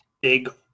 big